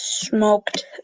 Smoked